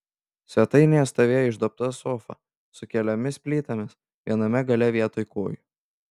svetainėje stovėjo išduobta sofa su keliomis plytomis viename gale vietoj kojų